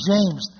James